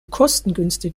kostengünstig